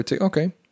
Okay